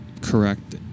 correct